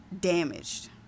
damaged